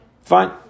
Fine